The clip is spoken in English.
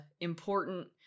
important